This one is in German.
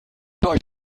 gleich